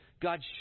God